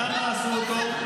למה עשו אותו?